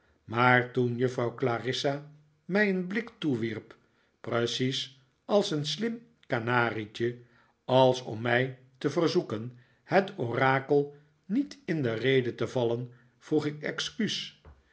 maar toen juffrouw clarissa mij een blik toewierp fprecies als een slim kanarietje als om mij te verzoeken het orakel niet in de rede te vallen vroeg ik excuus